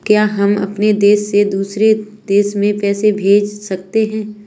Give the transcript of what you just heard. क्या हम अपने देश से दूसरे देश में रुपये भेज सकते हैं?